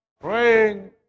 praying